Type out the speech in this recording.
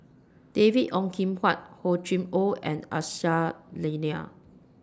David Ong Kim Huat Hor Chim Or and Aisyah Lyana